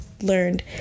learned